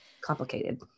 Complicated